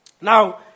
Now